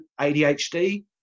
ADHD